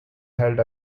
held